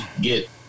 get